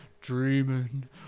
dreaming